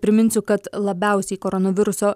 priminsiu kad labiausiai koronaviruso